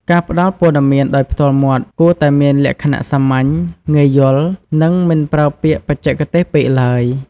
ការផ្តល់ព័ត៌មានដោយផ្ទាល់មាត់គួរតែមានលក្ខណៈសាមញ្ញ ងាយយល់ និងមិនប្រើពាក្យបច្ចេកទេសពេកឡើយ។